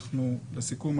לסיכום,